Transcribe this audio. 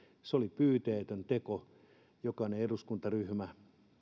se oli pyyteetön teko jokainen eduskuntaryhmä